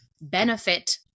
benefit